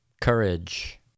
courage